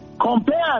compared